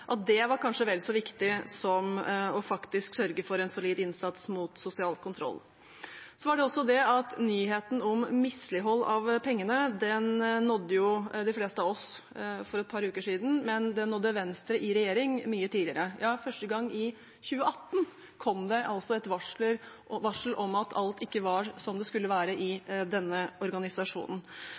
at det kanskje var vel så viktig som faktisk å sørge for en solid innsats mot sosial kontroll. Det var også det at nyheten om mislighold av pengene nådde de fleste av oss for et par uker siden, men den nådde Venstre i regjering mye tidligere. Ja, i 2018 kom det første gang et varsel om at alt ikke var som det skulle være i denne organisasjonen.